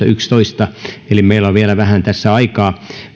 yksitoista eli meillä on vielä vähän tässä aikaa